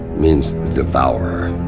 means, the devourer!